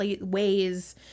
ways